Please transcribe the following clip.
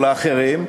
או לאחרים,